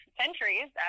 centuries